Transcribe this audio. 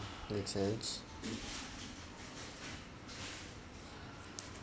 make sense